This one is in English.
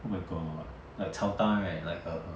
oh my god like chao ta right like err